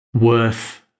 worth